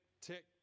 tick